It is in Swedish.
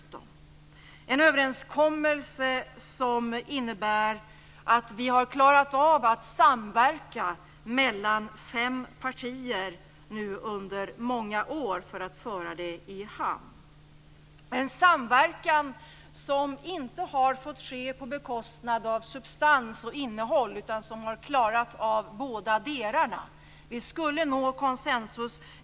Det är en överenskommelse som innebär att vi har klarat av att samverka mellan fem partier under många år för att föra det i hamn. Det är en samverkan som inte har fått ske på bekostnad av substans och innehåll utan som har klarat av båda delarna. Vi skulle nå konsensus.